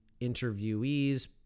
interviewees